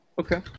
Okay